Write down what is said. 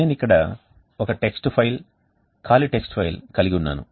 నేను ఇక్కడ ఒక టెక్స్ట్ ఫైల్ ఖాళీ టెక్స్ట్ ఫైల్ కలిగి ఉన్నాను